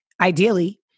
Ideally